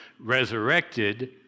resurrected